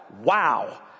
Wow